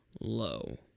low